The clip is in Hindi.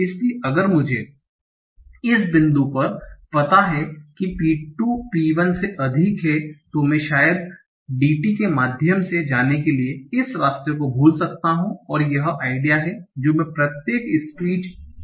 इसलिए अगर मुझे इस बिन्दु पर पता है कि P2 P1 से अधिक है तो मैं शायद DT के माध्यम से जाने के लिए इस रास्ते को भूल सकता हूं और यह आइडिया है जो मैं प्रत्येक स्पीच चरण के लिए करूंगा